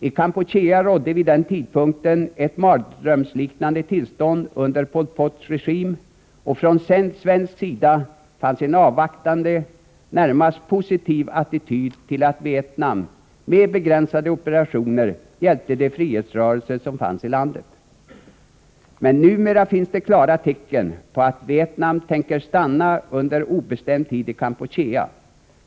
I Kampuchea rådde vid den tidpunkten ett mardrömsliknande tillstånd under Pol Pots regim, och från svensk sida fanns en avvaktande, närmast positiv attityd till att Vietnam med begränsade operationer hjälpte de frihetsrörelser som fanns i landet. Men numera finns det klara tecken på att Vietnam tänker stanna kvar under obestämd tid i Kampuchea.